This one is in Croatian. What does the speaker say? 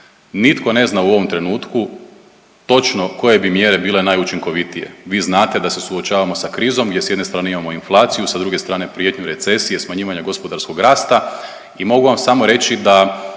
Nitko ne zna u ovom trenutku točno koje bi mjere bile najučinkovitije. Vi znate da se suočavamo sa krizom gdje s jedne strane imamo inflaciju, sa druge strane prijetnju recesije, smanjivanja gospodarskog rasta i mogu vam samo reći da